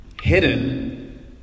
Hidden